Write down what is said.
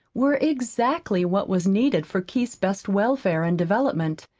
were exactly what was needed for keith's best welfare and development.